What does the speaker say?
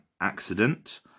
accident